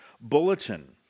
Bulletin